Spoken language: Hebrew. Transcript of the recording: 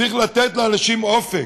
צריך לתת לאנשים אופק.